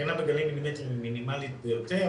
הקרינה בגלים מילימטריים היא מינימלית ביותר